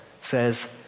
says